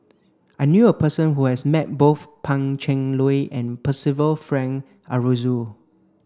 I knew a person who has met both Pan Cheng Lui and Percival Frank Aroozoo